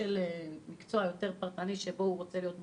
המקצוע היותר פרטני שבו הוא רוצה להיות מועסק,